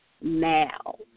now